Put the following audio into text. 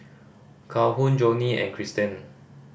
Calhoun Joni and Kristen